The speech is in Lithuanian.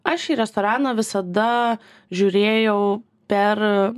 aš į restoraną visada žiūrėjau per